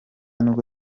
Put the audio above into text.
nibwo